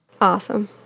Awesome